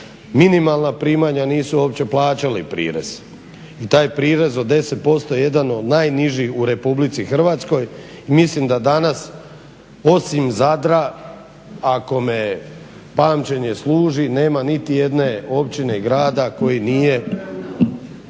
minimalna primanja nisu uopće plaćali prirez. I taj prirez od 10% je jedan od najnižih u RH i mislim da danas osim Zadra ako me pamćenje služi nema nitijedne općine, grada koji nije